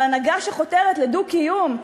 בהנהגה שחותרת לדו-קיום.